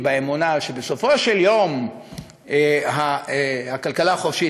ואמונה שבסופו של דבר הכלכלה החופשית